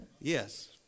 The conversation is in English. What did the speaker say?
yes